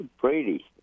Brady